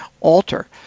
alter